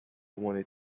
wanted